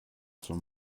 som